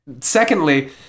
Secondly